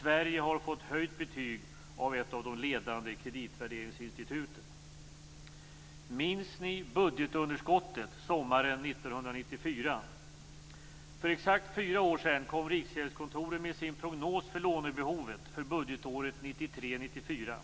Sverige har fått höjt betyg av ett av de ledande kreditvärderingsinstituten. Minns ni budgetunderskottet sommaren 1994? För exakt fyra år sedan kom Riksgäldskontoret med sin prognos för lånebehovet för budgetåret 1993/94.